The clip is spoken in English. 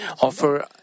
offer